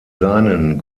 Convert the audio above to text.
seinen